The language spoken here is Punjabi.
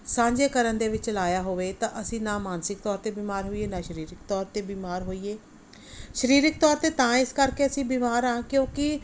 ਸਾਂਝੇ ਕਰਨ ਦੇ ਵਿੱਚ ਲਗਾਇਆ ਹੋਵੇ ਤਾਂ ਅਸੀਂ ਨਾ ਮਾਨਸਿਕ ਤੌਰ 'ਤੇ ਬਿਮਾਰ ਹੋਈਏ ਨਾ ਸਰੀਰਿਕ ਤੌਰ 'ਤੇ ਬਿਮਾਰ ਹੋਈਏ ਸਰੀਰਿਕ ਤੌਰ 'ਤੇ ਤਾਂ ਇਸ ਕਰਕੇ ਅਸੀਂ ਬਿਮਾਰ ਹਾਂ ਕਿਉਂਕਿ